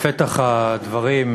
בפתח הדברים,